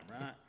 right